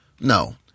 No